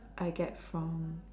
I get from